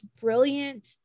brilliant